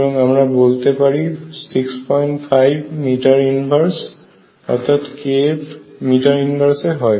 সুতরাং আমরা বলতে পারি 65 মিটার ইনভার্স অর্থাৎ kF মিটার ইনভার্স এ হয়